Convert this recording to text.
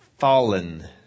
Fallen